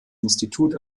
institut